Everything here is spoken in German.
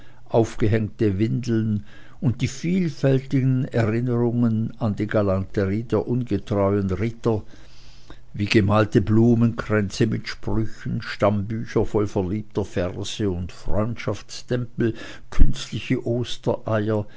aufgehängte windeln und die viefältigen erinnerungen an die galanterie der ungetreuen ritter wie gemalte blumenkränze mit sprüchen stammbücher voll verliebter verse und freundschaftstempel künstliche ostereier